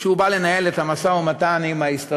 כשהוא בא לנהל את המשא-ומתן עם ההסתדרות,